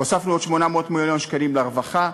הוספנו עוד 800 מיליון שקלים לרווחה,